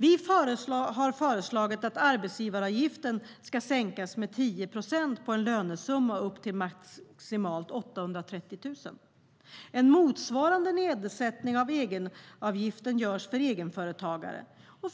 Vi har föreslagit att arbetsgivaravgiften ska sänkas med 10 procent på en lönesumma upp till maximalt 830 000 kronor. En motsvarande nedsättning av egenavgiften görs för egenföretagare.